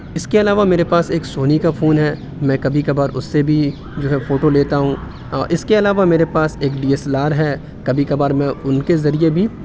اس کے علاوہ میرے پاس ایک سونی کا فون ہے میں کبھی کبھار اس سے بھی جو ہے فوٹو لیتا ہوں اس کے علاوہ میرے پاس ایک ڈی ایس ایل آر ہے کبھی کبھار میں ان کے ذریعے بھی